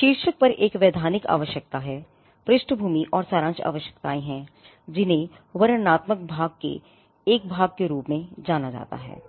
शीर्षक पर एक वैधानिक आवश्यकता है पृष्ठभूमि और सारांश आवश्यकताएं हैं जिन्हें वर्णनात्मक भाग के एक भाग के रूप में माना जाता है